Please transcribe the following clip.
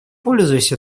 пользуясь